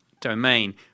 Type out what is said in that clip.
domain